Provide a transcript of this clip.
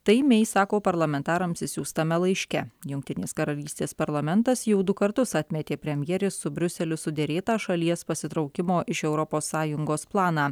tai mei sako parlamentarams išsiųstame laiške jungtinės karalystės parlamentas jau du kartus atmetė premjerės su briuseliu suderėtą šalies pasitraukimo iš europos sąjungos planą